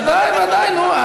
ודאי, ודאי, נו.